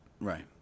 Right